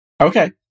Okay